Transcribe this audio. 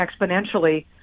exponentially